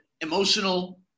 emotional